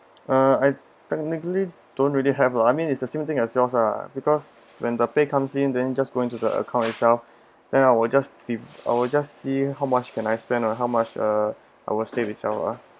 uh I technically don't really have lah I mean it's the same thing as yours lah because when the pays comes in then just go into the account itself then I will just if I will just see how much can I spend or how much uh I would save itself lah